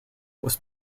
was